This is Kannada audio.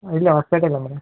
ಇಲ್ಲೇ ಹೊಸ್ಪೇಟೆಲೇ ಮೇಡಮ್